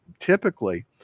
typically